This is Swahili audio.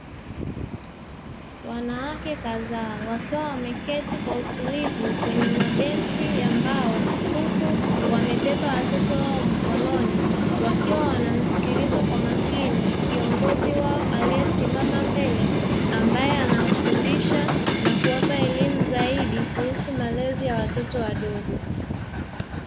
Sehemu ya nje ya tawi ya benki yenye mashine ya a t m inayotoa huduma za kutoa pesa muda wote pikipiki kadhaa zimepaki mbele ya a t m ikiwemo moja yenye boxer wasafirishaji na nyingine ikiwa imewekwa kofia ya njano zikionyesha mwingine wa huduma za kifedha na shughuli za usafirishaji nadharia hii na kisu upatikanaji wa huduma za kifedha kwa urahisi.